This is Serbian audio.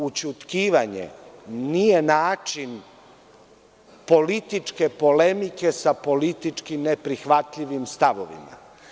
Ućutkivanje nije način političke polemike sa politički neprihvatljivim stavovima.